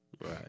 Right